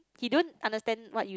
he don't understand what you